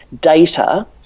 data